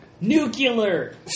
Nuclear